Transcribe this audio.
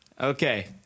okay